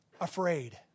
afraid